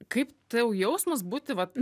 kaip tau jausmas būti vat